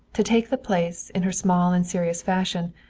to take the place, in her small and serious fashion,